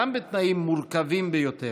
גם בתנאים מורכבים ביותר.